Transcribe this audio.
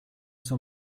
son